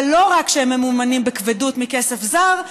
ולא רק שהם ממומנים בכבדות מכסף זר,